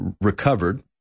recovered